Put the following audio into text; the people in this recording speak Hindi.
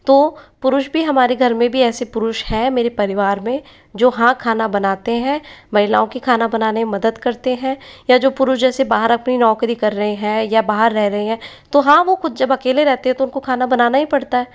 तो पुरुष भी हमारे घर में भी ऐसे पुरुष है मेरे परिवार में जो हाँ खाना बनाते हैं महिलाओं की खाना बनाने में मदद करते हैं या जो पुरुष जैसे बाहर अपनी नौकरी कर रहे हैं या बाहर रह रहे हैं तो हाँ वो खुद जब अकेले रहते हैं तो उनको खाना बनाना ही पड़ता है